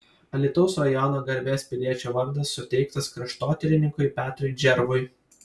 alytaus rajono garbės piliečio vardas suteiktas kraštotyrininkui petrui džervui